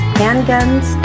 handguns